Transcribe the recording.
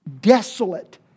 desolate